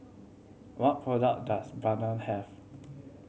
what product does Bedpan have